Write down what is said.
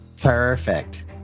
perfect